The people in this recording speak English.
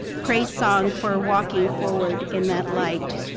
praise song for walking forward in that light.